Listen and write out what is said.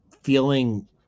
feeling